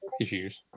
issues